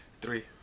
three